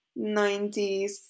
90s